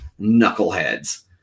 knuckleheads